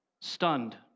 stunned